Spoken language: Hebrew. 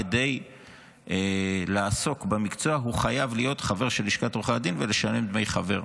כדי לעסוק במקצוע הוא חייב להיות חבר של לשכת עורכי הדין ולשלם דמי חבר.